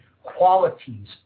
qualities